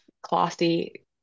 classy